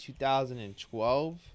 2012